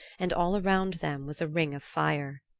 and all around them was a ring of fire.